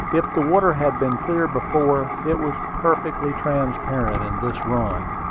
if the water had been clear before, it was perfectly transparent in this run,